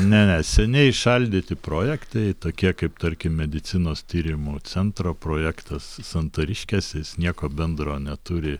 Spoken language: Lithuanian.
ne ne seniai įšaldyti projektai tokie kaip tarkim medicinos tyrimų centro projektas santariškėse jis nieko bendro neturi